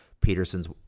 peterson's